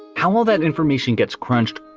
how will that information gets crunched?